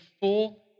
full